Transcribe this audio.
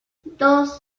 dos